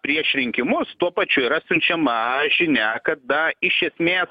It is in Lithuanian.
prieš rinkimus tuo pačiu yra siunčiama žinia kada iš esmės